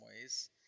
ways